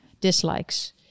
dislikes